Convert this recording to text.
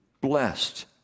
blessed